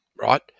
Right